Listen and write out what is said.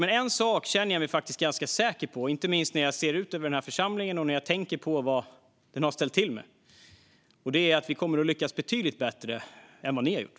Men en sak känner jag mig faktiskt ganska säker på, inte minst när jag ser ut över den här församlingen och tänker på vad den har ställt till med, och det är att vi kommer att lyckas betydligt bättre än vad ni har gjort.